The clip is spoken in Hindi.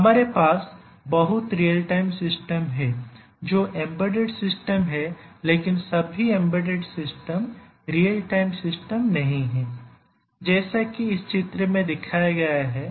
हमारे पास बहुत रियल टाइम सिस्टम है जो एम्बेडेड सिस्टम हैं लेकिन सभी embedded system real time system नहीं हैं जैसा कि इस चित्र में दिखाया गया है